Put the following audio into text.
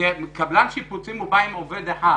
קבלן שיפוצים בא עם עובד אחד,